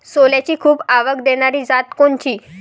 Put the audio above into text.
सोल्याची खूप आवक देनारी जात कोनची?